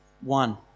one